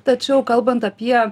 tačiau kalbant apie